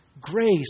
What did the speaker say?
grace